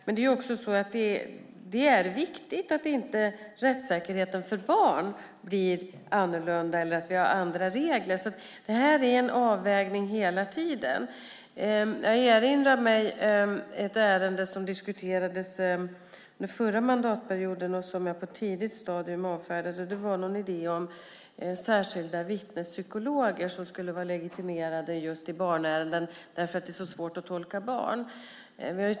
Dels är det viktigt att rättssäkerheten för barn inte bli annorlunda eller att vi har andra regler. Detta är hela tiden en avvägning. Jag erinrar mig en idé som diskuterades under förra mandatperioden och som jag på ett tidigt stadium avfärdade. Det handlade om särskilda vittnespsykologer som skulle vara legitimerade just i barnärenden för att det är så svårt att tolka barn.